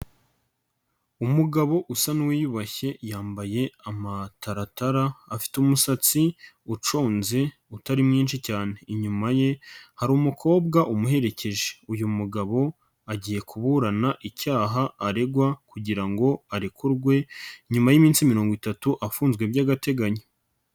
Umugabo usa n'uwiyubashye yambaye amataratara, afite umusatsi uconze utari mwinshi cyane, inyuma ye hari umukobwa umuherekeje, uyu mugabo agiye kuburana icyaha aregwa kugira ngo arekurwe, nyuma y'iminsi mirongo itatu afunzwe by'agateganyo.